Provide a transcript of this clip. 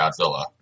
Godzilla